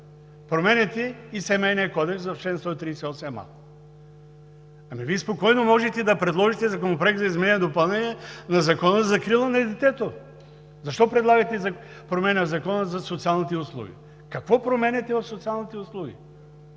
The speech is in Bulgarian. променяте и Семейния кодекс в чл. 138а. Ами Вие спокойно можете да предложите Законопроект за изменение и допълнение на Закона за закрила на детето. Защо предлагате промени в Закона за социалните услуги? Какво променяте в социалните услуги?